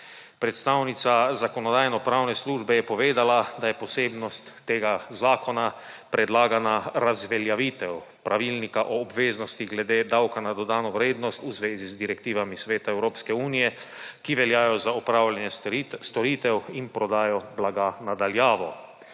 Predstavnica Zakonodajno-pravne službe je povedala, da je posebnost tega zakona predlagana razveljavitev pravilnika o obveznosti glede davka na dodano vrednost v zvezi z direktivami Sveta Evropske unije, ki veljajo za opravljanje storitev in prodajo blaga na daljavo.